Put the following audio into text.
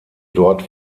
dort